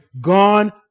gone